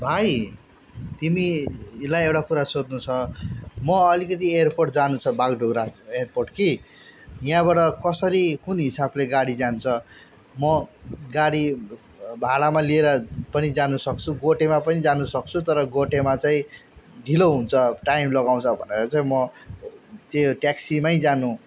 भाइ तिमीलाई एउटा कुरा सोध्नु छ म अलिकिति एयर पोर्ट जानु छ बागडोग्रा एयर पोर्ट कि यहाँबाट कसरी कुन हिसाबले गाडी जान्छ म गाडी भाडामा लिएर पनि जानु सक्छु गोटेमा पनि जानु सक्छु तर गोटेमा चाहिँ ढिलो हुन्छ टाइम लगाउँछ भनेर चाहिँ म त्यही त ट्याक्सीमै जानु